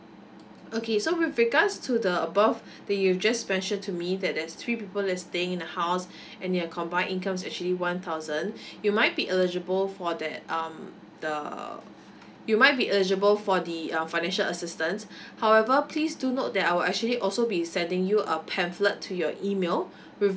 okay so with regards to the above that you've just mentioned to me that there's three people is staying in the house and your combined incomes actually one thousand you might be eligible for that um the you might be eligible for the uh financial assistance however please do note that I'll actually also be sending you a pamphlet to your email with